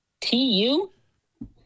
T-U